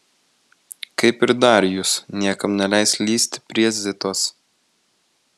kaip ir darijus niekam neleis lįsti prie zitos